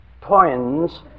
points